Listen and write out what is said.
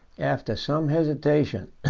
after some hesitation,